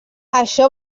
això